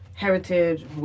Heritage